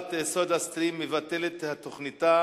חברת "סודה סטרים" מבטלת את תוכניתה